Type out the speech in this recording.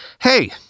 hey